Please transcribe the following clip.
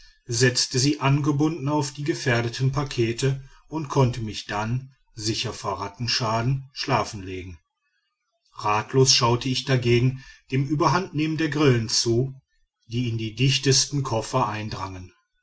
setzte sie angebunden auf die gefährdeten pakete und konnte mich dann sicher vor rattenschaden schlafen legen ratlos schaute ich dagegen dem überhandnehmen der grillen zu die in die dichtesten koffer eindrangen